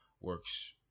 works